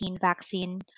vaccine